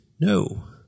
No